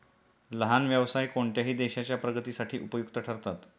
लहान व्यवसाय कोणत्याही देशाच्या प्रगतीसाठी उपयुक्त ठरतात